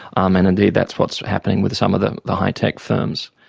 um and indeed that's what's happening with some of the the high-tech firms.